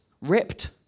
ripped